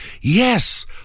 yes